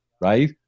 right